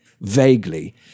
vaguely